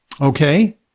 okay